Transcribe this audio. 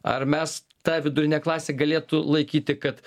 ar mes ta vidurinė klasė galėtų laikyti kad